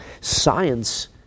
science